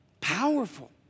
Powerful